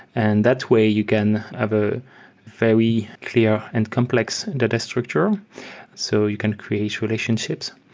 and that way you can have a very clear and complex data structure so you can create relationships.